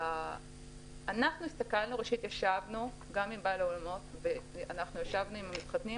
אנחנו ישבנו עם בעלי האולמות ועם המתחתנים,